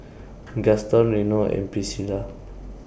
Gaston Reno and Priscilla